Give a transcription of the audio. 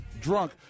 drunk